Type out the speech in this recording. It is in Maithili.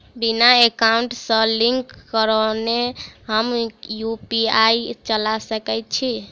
बिना एकाउंट सँ लिंक करौने हम यु.पी.आई चला सकैत छी?